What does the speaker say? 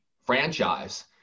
franchise